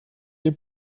hier